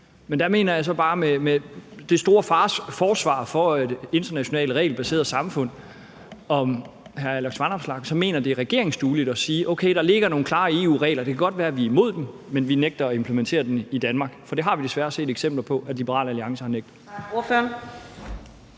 Der spørger jeg så bare med det store forsvar for det internationale regelbaserede samfund, om hr. Alex Vanopslagh så mener, det er regeringsdueligt at sige: Okay, der ligger nogle klare EU-regler; det kan godt være, at vi er imod dem, men vi nægter at implementere dem i Danmark. Det har vi desværre set eksempler på at Liberal Alliance har nægtet.